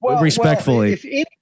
Respectfully